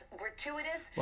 gratuitous